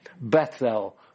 Bethel